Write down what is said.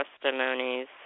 testimonies